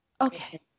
Okay